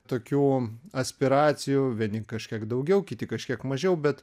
tokių aspiracijų vieni kažkiek daugiau kiti kažkiek mažiau bet